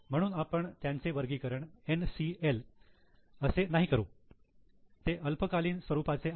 म्हणून आपण त्याचे वर्गीकरण 'NCL' असे नाही करू ते अल्पकालीन स्वरूपाचे आहेत